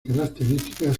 características